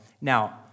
Now